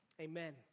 Amen